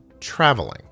traveling